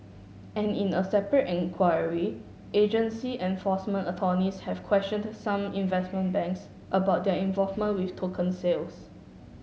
and in a separate inquiry agency enforcement attorneys have questioned some investment banks about their involvement with token sales